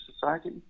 society